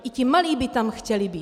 I ti malí by tam chtěli být.